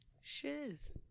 Shiz